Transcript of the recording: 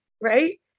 right